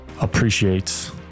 appreciates